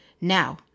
Now